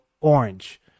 orange